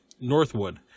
Northwood